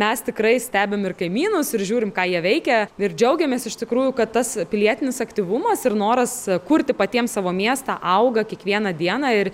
mes tikrai stebim ir kaimynus ir žiūrim ką jie veikia ir džiaugiamės iš tikrųjų kad tas pilietinis aktyvumas ir noras kurti patiems savo miestą auga kiekvieną dieną ir